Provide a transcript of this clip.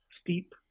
steep